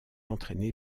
entraînée